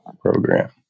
program